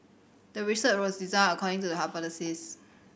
the research was designed according to the hypothesis